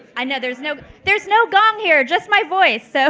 and there's no there's no gong here. just my voice. so